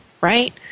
right